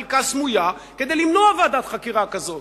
חלקה סמויה,